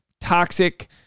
toxic